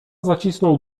zacisnął